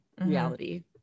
reality